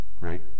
right